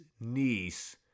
niece